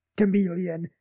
Chameleon